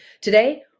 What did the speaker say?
Today